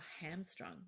hamstrung